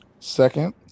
Second